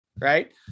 right